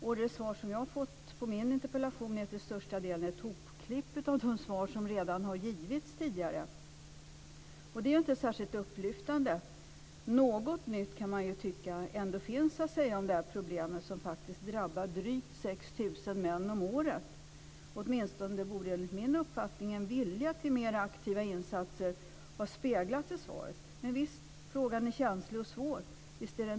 Och de svar jag fått på min interpellation är till största delen ett hopklipp av de svar som redan har givits tidigare. Det är ju inte särskilt upplyftande. Något nytt kan man tycka ändå ska finnas att säga om det här problemet, som faktiskt drabbar drygt 6 000 män om året. Åtminstone borde enligt min uppfattning en vilja till mera aktiva insatser ha speglats i svaret. Visst är frågan känslig och svår.